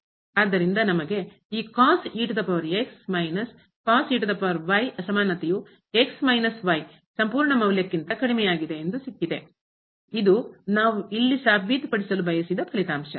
ಆದ್ದರಿಂದ ನಮಗೆ ಈ ಅಸಮಾನತೆಯು x y ಫಲಿತಾಂಶ